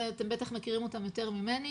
אתם בטח מכירים אותם יותר ממני,